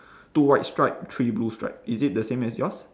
two white stripe three blue stripe is it the same as yours